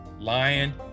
lion